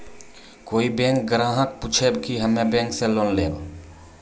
कोई बैंक ग्राहक पुछेब की हम्मे बैंक से लोन लेबऽ?